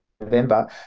November